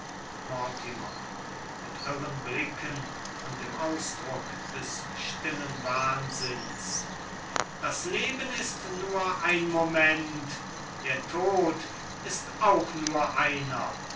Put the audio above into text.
mit irren blicken und im ausdruck des stillen wahnsinns das leben ist nur ein moment der tod ist auch nur einer